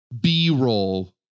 B-roll